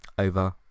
over